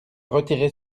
retiré